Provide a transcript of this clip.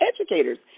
Educators